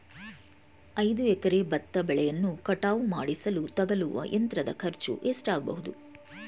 ಐದು ಎಕರೆ ಭತ್ತ ಬೆಳೆಯನ್ನು ಕಟಾವು ಮಾಡಿಸಲು ತಗಲುವ ಯಂತ್ರದ ಖರ್ಚು ಎಷ್ಟಾಗಬಹುದು?